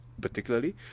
particularly